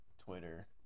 Twitter